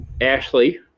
Ashley